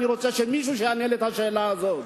ואני רוצה שמישהו יענה לי על השאלה הזאת.